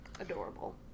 adorable